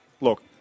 Look